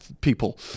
people